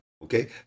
Okay